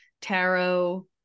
tarot